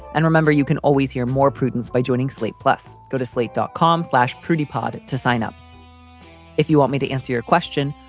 and remember, you can always hear more prudence by joining slate. plus go to slate dot com slash pretty pod to sign up if you want me to answer your question.